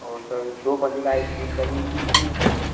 और सर दो vanilla ice cream चाहिए इनकी कितनी है सर